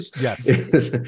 Yes